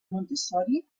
montessori